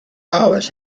always